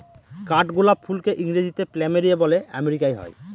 কাঠগোলাপ ফুলকে ইংরেজিতে প্ল্যামেরিয়া বলে আমেরিকায় হয়